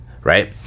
right